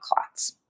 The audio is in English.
clots